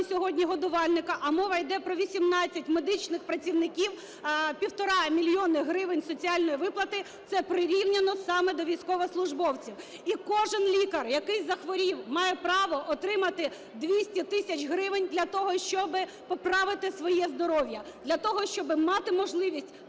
сьогодні годувальника, а мова йде про 18 медичних працівників, півтора мільйони гривень соціальної виплати. Це прирівняно саме до військовослужбовців. І кожен лікар, який захворів, має право отримати 200 тисяч гривень для того, щоб поправити своє здоров'я, для того, щоб мати можливість вижити